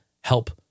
help